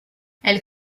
elle